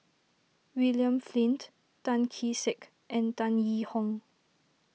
William Flint Tan Kee Sek and Tan Yee Hong